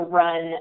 run